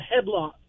headlock